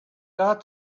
got